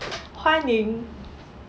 欢迎